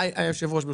היושב ראש,